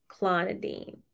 clonidine